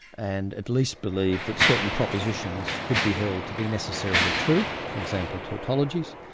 and at least believed that certain propositions could be held to be necessarily true, for example, tautologies,